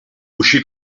uscì